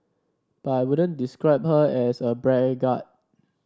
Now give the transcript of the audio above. but I wouldn't describe her as a braggart